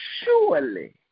Surely